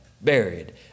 buried